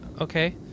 okay